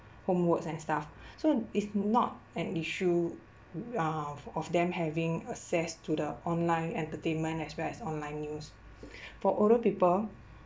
homeworks and stuff so it's not an issue uh of them having access to the online entertainment as well as online news for older people